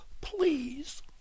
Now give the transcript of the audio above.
Please